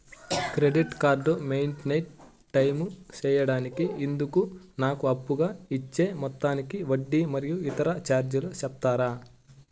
Credit card maintain time సేయడానికి ఇందుకు నాకు అప్పుగా ఇచ్చే మొత్తానికి వడ్డీ మరియు ఇతర చార్జీలు సెప్తారా?